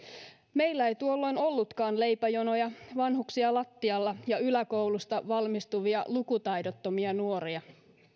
meillä ei tuolloin ollutkaan leipäjonoja vanhuksia lattialla ja yläkoulusta valmistuvia lukutaidottomia nuoria